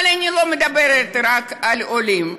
אבל אני לא מדברת רק על עולים.